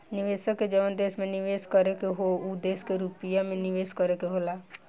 निवेशक के जवन देश में निवेस करे के होला उ देश के रुपिया मे निवेस करे के होला